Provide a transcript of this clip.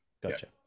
Gotcha